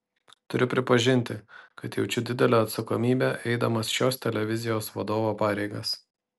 turiu pripažinti kad jaučiu didelę atsakomybę eidamas šios televizijos vadovo pareigas